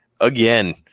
again